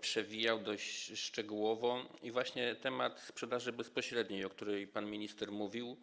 przewijał, był omawiany dość szczegółowo, właśnie temat sprzedaży bezpośredniej, o której pan minister mówił.